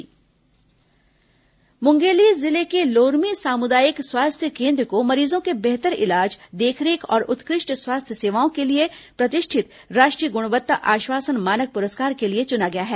मुंगेली पुरस्कार मुंगेली जिले के लोरमी सामुदायिक स्वास्थ्य कोन्द्र को मरीजों के बेहतर इलाज देखरेख और उत्कृष्ट स्वास्थ्य सेवाओं के लिये प्रतिष्ठित राष्ट्रीय गुणवत्ता आश्वासन मानक पुरस्कार के लिए चुना गया है